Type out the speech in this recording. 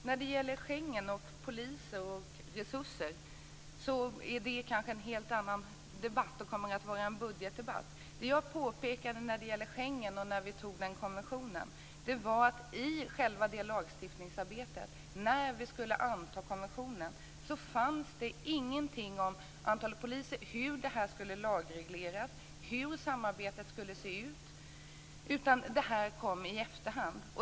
Herr talman! Antalet poliser och resurserna inom Schengensamarbetet kommer att tas upp i budgetdebatten. Jag påpekade att i själva lagstiftningsarbetet när vi skulle anta Schengenkonventionen fanns det ingenting med om antalet poliser, hur det här skulle lagregleras och hur samarbetet skulle se ut, utan det kom i efterhand.